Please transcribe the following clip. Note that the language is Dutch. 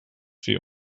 viel